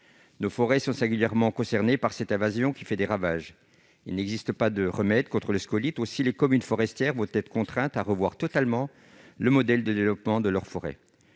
Nos forêts sont singulièrement concernées par cette invasion qui fait des ravages. Or il n'existe pas de remède contre les scolytes. Les communes forestières vont donc être contraintes de revoir totalement le modèle de développement de leur forêt.